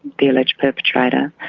the alleged perpetrator,